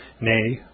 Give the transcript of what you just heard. nay